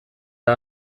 der